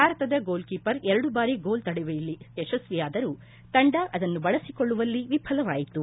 ಭಾರತದ goalkeeper ಎರಡು ಬಾರಿ ಗೋಲ್ ತಡೆಯುವಲ್ಲಿ ಯಶಸ್ಸಿ ಯಾದರೂ ತಂಡ ಆದನ್ನು ಬಳಸಿಕೊಳ್ಳುವಲ್ಲಿ ವಿಫಲವಾಯಿತು